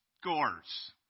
scores